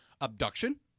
abduction